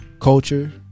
culture